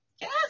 Yes